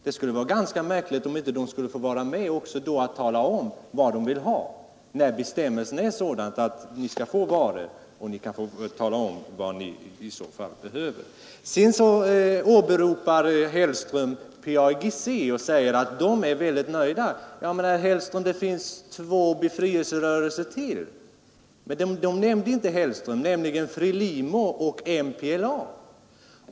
Det skulle vara ganska märkligt om de då inte skulle få vara med och tala om vad de vill ha, när bestämmelserna är sådana att befrielserörelserna kan få varor. Herr Hellström sade också att man är väldigt nöjd i PAIGC. Ja, men det finns ju två befrielserörelser till, nämligen FRELIMO och MPLA. Dem nämnde inte herr Hellström.